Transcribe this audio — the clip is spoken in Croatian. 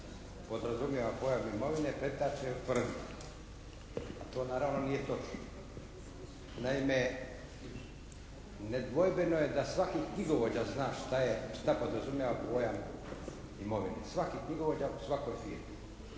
podrazumijeva pojam imovine pretače u tvrdnju, a to naravno nije točno. Naime, nedvojbeno je da svaki knjigovođa zna šta podrazumijeva pojam imovine, svaki knjigovođa u svakoj firmi.